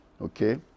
Okay